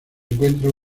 encuentra